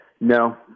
No